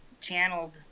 channeled